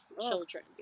children